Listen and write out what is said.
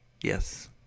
Yes